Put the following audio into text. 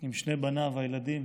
עם שני בניו, הילדים